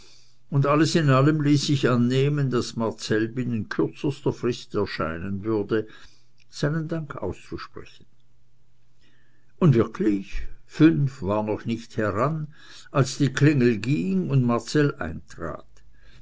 und alles in allem ließ sich annehmen daß marcell binnen kürzester frist erscheinen würde seinen dank auszusprechen und wirklich fünf uhr war noch nicht heran als die klingel ging und marcell eintrat